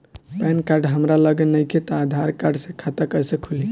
Pan card हमरा लगे नईखे त आधार कार्ड से खाता कैसे खुली?